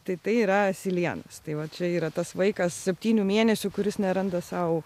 tai tai yra asilėnas tai va čia yra tas vaikas septynių mėnesių kuris neranda sau